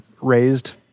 raised